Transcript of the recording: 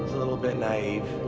a little bit naive.